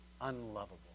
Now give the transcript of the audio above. unlovable